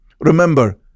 Remember